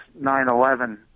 9-11